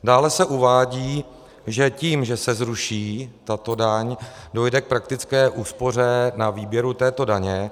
Dále se uvádí, že tím, že se zruší tato daň, dojde k praktické úspoře na výběru této daně.